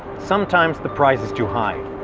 sometimes the price is too high,